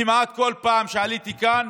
כמעט בכל פעם שעליתי לכאן,